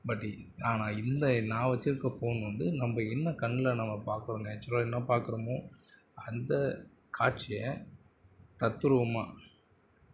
பட்டு ஆனால் இந்த நான் வச்சுருக்க ஃபோன் வந்து நம்ம என்ன கண்ணில் நம்ம பார்க்குறோம் நேச்சுரலாக என்ன பார்க்குறோமோ அந்த காட்சியை தத்ரூபமாக